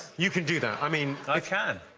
you can do that? i mean i can.